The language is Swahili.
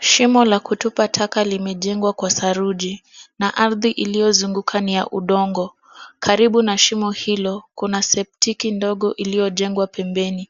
Shimo la kutupa taka limejengwa kwa saruji na ardhi iliyozunguka ni ya udongo. Karibu na shimo hilo, kuna septiki ndogo iliyojengwa pembeni.